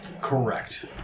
Correct